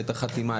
את החתימה,